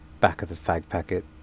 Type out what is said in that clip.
back-of-the-fag-packet